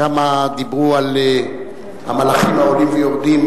שם דיברו על המלאכים העולים ויורדים,